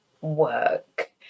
work